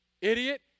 idiot